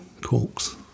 Corks